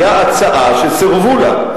היתה הצעה שסירבו לה.